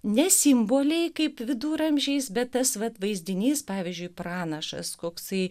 ne simboliai kaip viduramžiais bet tas vat vaizdinys pavyzdžiui pranašas koksai